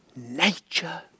Nature